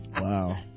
Wow